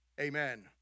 amen